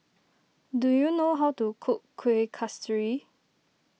do you know how to cook Kuih Kasturi